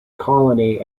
colony